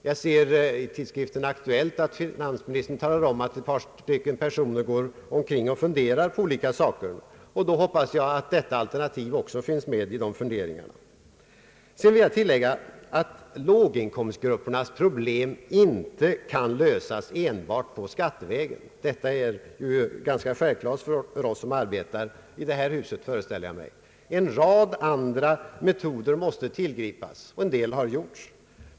Jag ser i tidskriften Aktuellt att finansministern talar om att ett par personer går omkring och funderar på olika saker, och jag hoppas att detta alternativ också finns med i de funderingarna. Jag vill tillägga att låginkomstgruppernas problem inte kan lösas enbart skattevägen. Det är ganska självklart för oss som arbetar i detta hus, föreställer jag mig. En rad andra metoder måste tillgripas, och en del har gjorts.